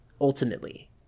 ultimately